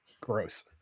gross